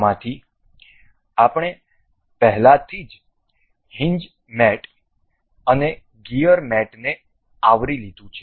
આમાંથી આપણે પહેલાથી જ હિન્જ મેટ અને ગિયર મેટને આવરી લીધું છે